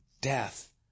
death